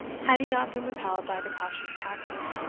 had he not been withheld by the cautious caxon.